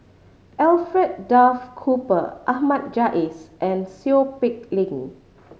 Alfred Duff Cooper Ahmad Jais and Seow Peck Leng